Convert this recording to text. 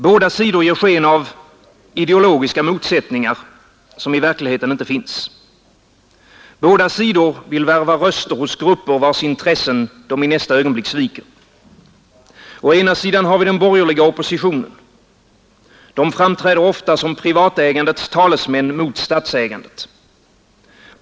Båda sidor ger sken av ideologiska motsättningar, som i verkligheten inte finns. Båda sidor vill värva röster hos grupper, vilkas intressen de i nästa ögonblick sviker. Å ena sidan har vi den borgerliga oppositionen. Den framträder ofta som privatägandets talesman mot statsägandet.